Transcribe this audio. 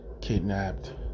kidnapped